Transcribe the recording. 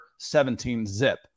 17-zip